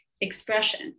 expression